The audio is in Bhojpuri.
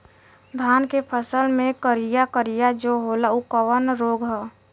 धान के फसल मे करिया करिया जो होला ऊ कवन रोग ह?